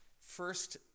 first